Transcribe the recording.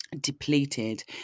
depleted